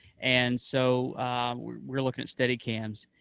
and so we're looking at steady cams.